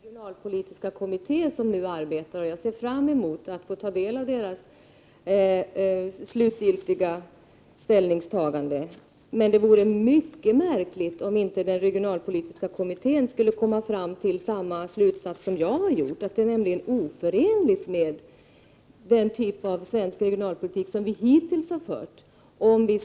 Herr talman! Jag har fullt förtroende för den regionalpolitiska kommitté som nu arbetar, och jag ser fram emot att få ta del av dess slutgiltiga ställningstagande. Men det vore mycket märkligt om inte den regionalpolitiska kommittén skulle komma fram till samma slutsats som den som jag har dragit, nämligen att en EG-harmonisering är oförenlig med den typ av regionalpolitik som vi hittills har fört i Sverige.